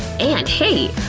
and hey,